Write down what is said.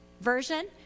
version